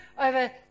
over